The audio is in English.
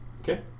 Okay